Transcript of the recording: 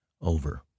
over